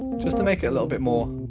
just to make it a little bit more